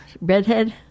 Redhead